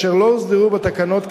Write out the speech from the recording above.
אשר לא הוסדרו בתקנות כאמור,